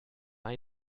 ein